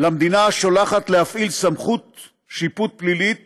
למדינה השולחת להפעיל סמכות שיפוט פלילית